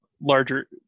larger